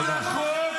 תודה.